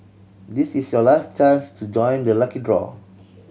this is your last chance to join the lucky draw